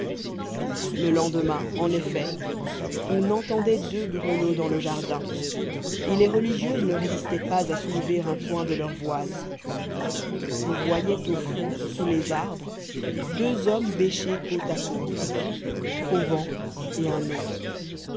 le lendemain en effet on entendait deux grelots dans le jardin et les religieuses ne résistaient pas à soulever un coin de leur voile on voyait au fond sous les arbres deux hommes bêcher côte à côte fauvent et un autre